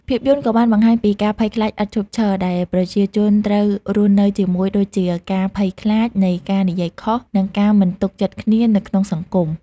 ភាពយន្តក៏បានបង្ហាញពី ការភ័យខ្លាចឥតឈប់ឈរ ដែលប្រជាជនត្រូវរស់នៅជាមួយ ដូចជាការភ័យខ្លាចនៃការនិយាយខុស និងការមិនទុកចិត្តគ្នានៅក្នុងសង្គម។